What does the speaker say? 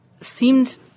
seemed